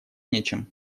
нечем